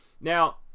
now